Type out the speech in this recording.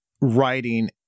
writing